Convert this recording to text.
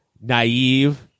naive